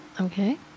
Okay